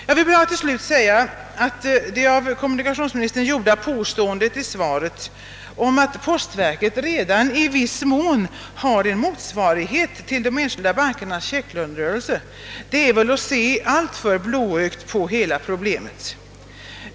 Jag vill bara till sist säga att det av kommunikationsministern gjorda påståendet i svaret att postverket redan i viss mån har en motsvarighet till de enskilda bankernas checklönerörelse väl är uttryck för en något blåögd syn på hela detta problem.